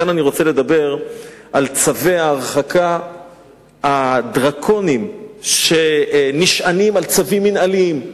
כאן אני רוצה לדבר על צווי ההרחקה הדרקוניים שנשענים על צווים מינהליים,